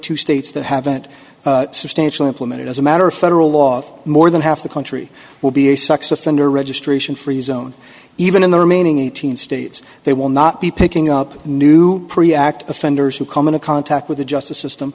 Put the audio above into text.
two states that haven't substantially implemented as a matter of federal law more than half the country will be a sex offender registration freezone even in the remaining eight hundred states they will not be picking up new pre act offenders who come into contact with the justice system